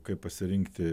kaip pasirinkti